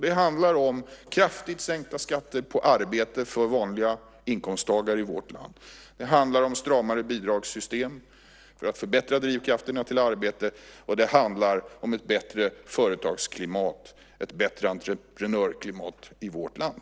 Det handlar om kraftigt sänkta skatter på arbete för vanliga inkomsttagare i vårt land, det handlar om stramare bidragssystem för att förbättra drivkrafterna till arbete och det handlar om ett bättre företagsklimat, ett bättre entreprenörsklimat i vårt land.